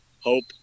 hope